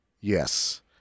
yes